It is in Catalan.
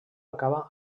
acaba